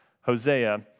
Hosea